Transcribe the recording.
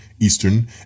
eastern